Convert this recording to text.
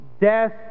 death